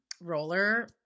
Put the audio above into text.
roller